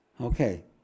Okay